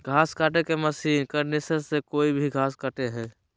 घास काटे के मशीन कंडीशनर से कोई भी घास कटे हइ